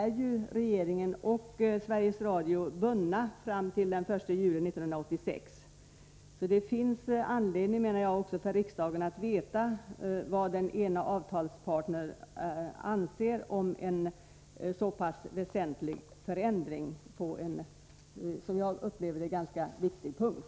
Regeringen och Sveriges Radio är bundna av det här avtalet fram till den 1 juli 1986. Det finns för riksdagen anledning att veta vad den ena avtalsparten anser om en så väsentlig förändring på en, som jag upplever det, viktig punkt.